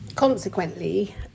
Consequently